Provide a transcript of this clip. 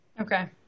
Okay